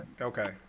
Okay